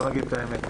בואו נגיד את האמת.